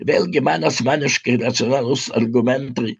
vėlgi man asmeniškai racionalūs argumentai